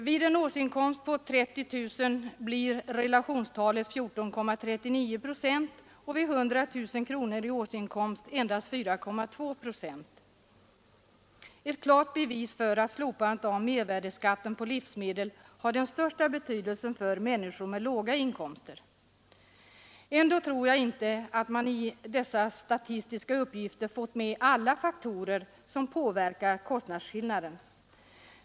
Vid en årsinkomst på 30 000 kronor blir relationstalet 14,39 procent, vid 100 000 kronor i årsinkomst endast 4,2 procent — ett klart bevis för att slopandet av mervärdeskatten på livsmedel har den största betydelsen för människor med låga inkomster. Ändå tror jag inte att man i dessa statistiska uppgifter fått med alla faktorer som påverkar kostnadsskillnaden.